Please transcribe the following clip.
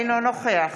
אינו נוכח